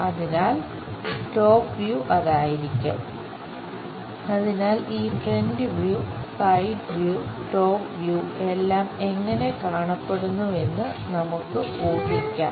അതിനാൽ ഈ front view side view top view എല്ലാം എങ്ങനെ കാണപ്പെടുന്നുവെന്ന് നമുക്ക് ഊഹിക്കാം